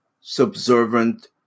subservient